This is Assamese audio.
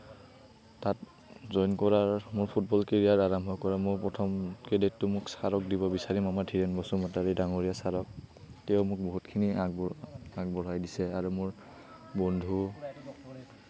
তাত জইন কৰাৰ মোৰ ফুটবল কেৰিয়াৰ আৰম্ভ কৰাৰ মোৰ প্ৰথম ক্ৰেডিটটো মোক চাৰক দিব বিচাৰিম মোৰ ধীৰেন বসুমতাৰী চাৰক তেওঁ মোক বহুতখিনি আগবঢ়াই দিছে আৰু মোৰ বন্ধু